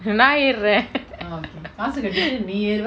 நா எர்ர:na yerra